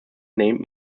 named